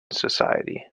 society